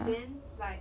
then like